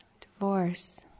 divorce